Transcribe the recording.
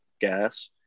gas